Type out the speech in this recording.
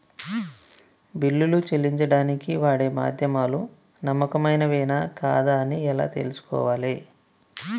బిల్లులు చెల్లించడానికి వాడే మాధ్యమాలు నమ్మకమైనవేనా కాదా అని ఎలా తెలుసుకోవాలే?